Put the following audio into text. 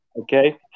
okay